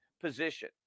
position